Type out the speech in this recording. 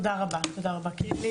תודה רבה קינלי.